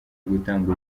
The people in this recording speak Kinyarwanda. gutanga